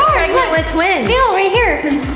pregnant with twins. feel, right here.